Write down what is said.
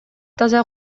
таза